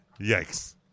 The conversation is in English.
Yikes